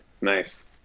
Nice